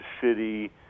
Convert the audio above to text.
City